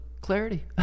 clarity